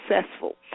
successful